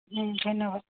ধন্যবাদ